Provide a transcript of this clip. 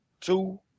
two